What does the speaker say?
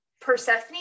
Persephone